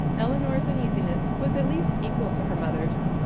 elinor's uneasiness was at least equal to her mother's.